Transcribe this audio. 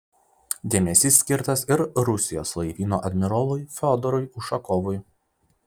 dėmesys skirtas ir rusijos laivyno admirolui fiodorui ušakovui